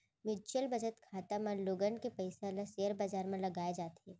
mutual बचत खाता म लोगन के पइसा ल सेयर बजार म लगाए जाथे